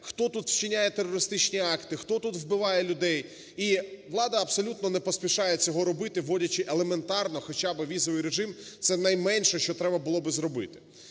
хто тут вчиняє терористичні акти, хто тут вбиває людей. І влада абсолютно не поспішає цього робити, вводячи елементарно хоча би візовий режим, - це найменше, що треба було би зробити.